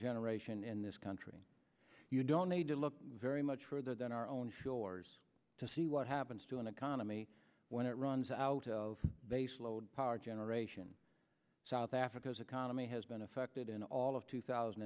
generation in this country you don't need to look very much further than our own shores to see what happens to an economy when it runs out of baseload power generation south africa's economy has been affected in all of two thousand